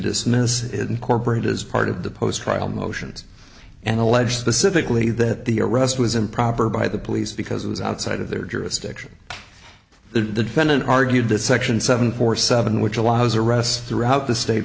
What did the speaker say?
dismiss it incorporated as part of the post trial motions and allege specifically that the arrest was improper by the police because it was outside of their jurisdiction the defendant argued that section seven four seven which allows arrests throughout the s